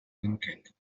banquet